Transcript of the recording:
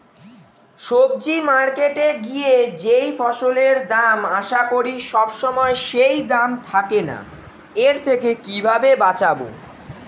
সবজি মার্কেটে গিয়ে যেই ফসলের দাম আশা করি সবসময় সেই দাম থাকে না এর থেকে কিভাবে বাঁচাবো?